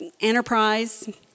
Enterprise